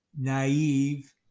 naive